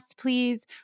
please